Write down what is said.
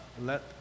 Let